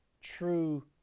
True